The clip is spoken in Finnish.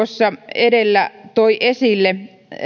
edellä toi esille